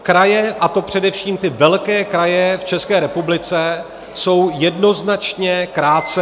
Kraje, a to především ty velké kraje v České republice, jsou jednoznačně kráce